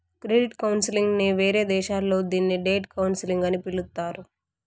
credit counselling నే వేరే దేశాల్లో దీన్ని డెట్ కౌన్సిలింగ్ అని పిలుత్తారు